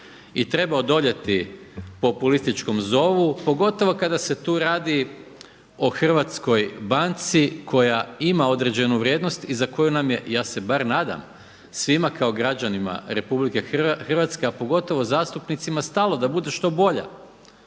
I treba odoljeti populističkom zovu pogotovo kada se tu radi o hrvatskoj banci koja ima određenu vrijednost i za koju nam je ja se bar nadam svima kao građanima RH, a pogotovo zastupnicima stalo da bude što bolja,